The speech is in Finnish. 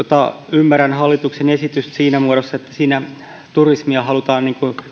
ymmärrän hallituksen esitystä siinä muodossa että siinä turisteja halutaan